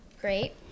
great